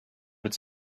its